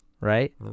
right